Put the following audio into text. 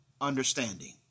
understanding